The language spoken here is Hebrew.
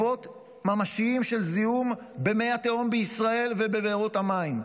כך שיש כבר עקבות ממשיים של זיהום במי התהום בישראל ובבארות המים.